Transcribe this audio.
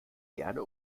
gerne